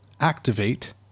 Activate